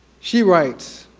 she writes,